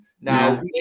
Now